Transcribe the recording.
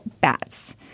Bats